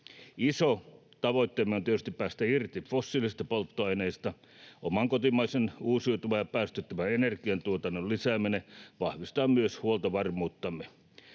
Iso tavoitteemme on tietysti päästä irti fossiilisista polttoaineista. Oman kotimaisen uusiutuvan ja päästöttömän energiantuotannon lisääminen vahvistaa myös huoltovarmuuttamme.